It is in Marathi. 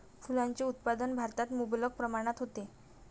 फुलांचे उत्पादन भारतात मुबलक प्रमाणात होते